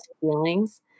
feelings